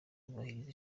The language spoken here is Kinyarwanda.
kubahiriza